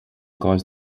cause